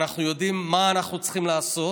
אנחנו יודעים מה אנחנו צריכים לעשות,